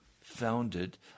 founded